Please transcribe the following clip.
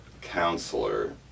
counselor